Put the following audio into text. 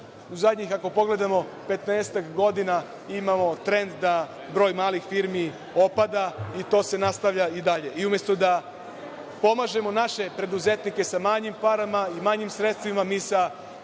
u zadnjih, ako pogledamo 15 godina, imamo trend da broj malih firmi opada i to se nastavlja i dalje. Umesto da pomažemo naše preduzetnike sa manjim parama, manjim sredstvima, mi sa